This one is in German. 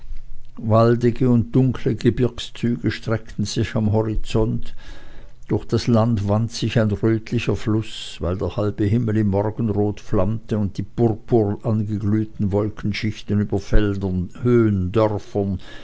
waldige und dunkle gebirgszüge streckten sich am horizont durch das land wand sich ein rötlicher fluß weil der halbe himmel im morgenrot flammte und die purpurn angeglühten wolkenschichten über feldern höhen